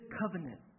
covenant